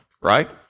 right